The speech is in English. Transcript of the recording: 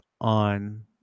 on